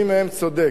מי מהם צודק.